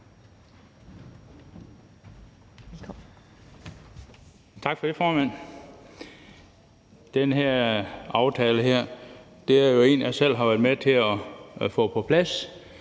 Tak for det, formand. Den her aftale er jo en, jeg selv har været med til at få på plads,